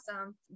awesome